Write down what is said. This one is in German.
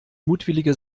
mutwillige